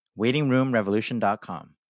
WaitingRoomRevolution.com